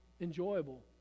enjoyable